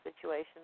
situation